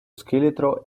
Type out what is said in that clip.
scheletro